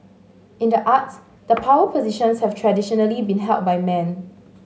in the arts the power positions have traditionally been held by men